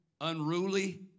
unruly